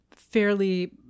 fairly